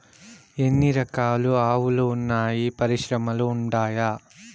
ఎన్ని రకాలు ఆవులు వున్నాయి పరిశ్రమలు ఉండాయా?